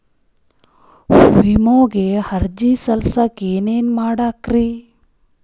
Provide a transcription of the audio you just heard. ವಿಮೆಗೆ ಅರ್ಜಿ ಸಲ್ಲಿಸಕ ಏನೇನ್ ಮಾಡ್ಬೇಕ್ರಿ?